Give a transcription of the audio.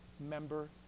member